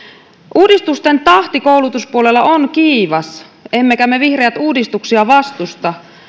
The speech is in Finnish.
uudistusten tahti koulutuspuolella on kiivas emmekä me vihreät uudistuksia vastusta